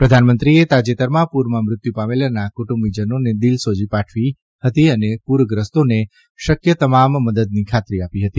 પ્રધાનમંત્રીએ તાજતેરના પુરમાં મૃત્યુ પામેલાના કુટુંબીજનોને દિલસોજી પાઠવી હતી અને પુરગ્રસ્તોને શકય તમામ મદદની ખાતરી આપી હતી